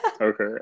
okay